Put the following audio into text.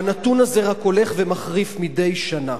והנתון הזה רק הולך ומחריף מדי שנה.